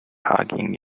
hugging